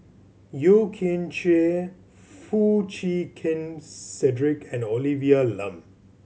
Yeo Kian Chye Foo Chee Keng Cedric and Olivia Lum